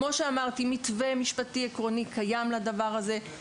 כמו שאמרתי, מתווה משפטי עקרוני קיים לדבר הזה.